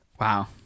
wow